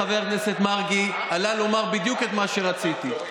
חבר הכנסת מרגי עלה לומר בדיוק את מה שרציתי.